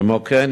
כמו כן,